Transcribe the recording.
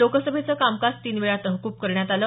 लोकसभेचं कामकाज तीन वेळा तहकूब करण्यात आलं